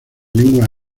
lengua